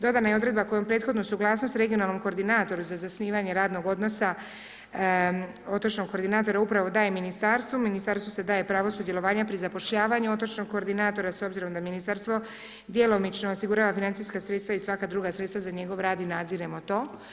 Dodana je i odredba kojom prethodnu suglasnost regionalnom koordinatoru za zasnivanje radnog odnosa otočnog koordinatora upravo daje ministarstvu, ministarstvu se daje pravo sudjelovanja pri zapošljavanju otočnog koordinatora s obzirom da ministarstvo djelomično osigurava financijska sredstva i svaka druga sredstva za njegov rad i nadziremo to.